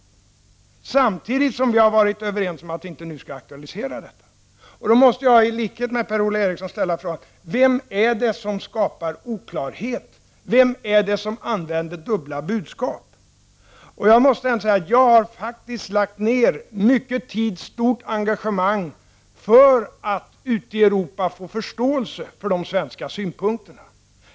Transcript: Det säger han samtidigt som vi har varit överens om att nu inte aktualisera detta. Då måste jag i likhet med Per-Ola Eriksson ställa frågan: Vem är det som skapar oklarhet? Vem är det som använder dubbla budskap? Jag måste ändå säga att jag faktiskt lagt ner mycket tid och stort engagemang för att ute i Europa få förståelse för de svenska synpunkterna.